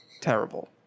terrible